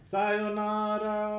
Sayonara